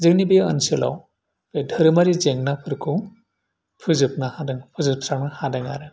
जोंनि बे ओनसोलाव बे धोरोमारि जेंनाफोरखौ फोजोबनो हादों फोजोबस्रांनो हादों आरो